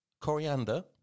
Coriander